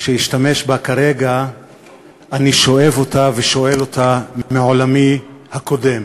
שאשתמש בה כרגע אני שואב ושואל מעולמי הקודם: